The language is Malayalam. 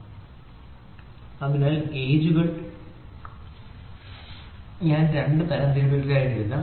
അതിനാൽ ഗേജുകൾ അതിനാൽ ഗേജുകളിൽ ഞാൻ രണ്ട് തരംതിരിക്കലുകൾ എഴുതാം